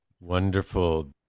Wonderful